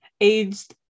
aged